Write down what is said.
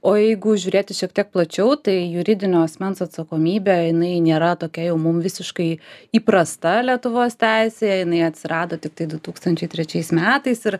o jeigu žiūrėti šiek tiek plačiau tai juridinio asmens atsakomybė jinai nėra tokia jau mum visiškai įprasta lietuvos teisėje jinai atsirado tiktai du tūkstančiai trečiais metais ir